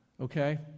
Okay